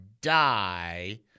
...die